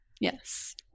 Yes